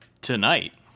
Tonight